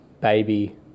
baby